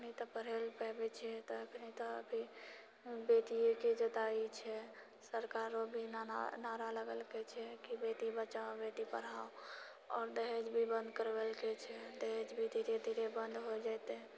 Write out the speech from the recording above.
अखनी तऽ पढ़ै लए पाबै छिऐ तऽ अखनी तऽ अभी बेटियेके जताइ छै सरकारो मऽ भी ना नारा लागलके छै कि बेटी बचाओ बेटी पढ़ाओ आओर दहेज भी बन्द करबेलकै छै दहेज भी धीरे धीरे बन्द हो जेतए